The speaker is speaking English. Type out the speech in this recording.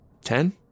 ten